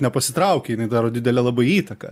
nepasitraukė jinai daro didelę labai įtaką